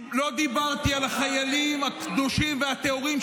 לא דיברתי על החיילים הקדושים והטהורים,